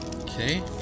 Okay